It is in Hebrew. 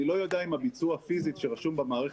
אני לא יודע אם הביצוע פיזית שרשום במערכת,